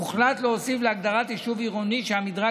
הוחלט להוסיף להגדרת "יישוב עירוני שהמדרג